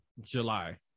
July